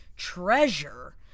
treasure